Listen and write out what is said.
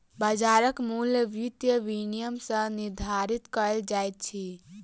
बाजारक मूल्य वित्तीय विनियम सॅ निर्धारित कयल जाइत अछि